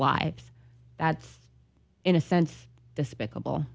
lives that's in a sense despicable